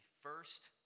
first